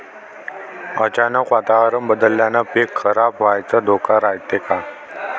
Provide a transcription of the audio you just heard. अचानक वातावरण बदलल्यानं पीक खराब व्हाचा धोका रायते का?